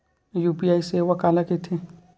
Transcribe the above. UPI सेवा काला कइथे?